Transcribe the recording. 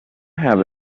have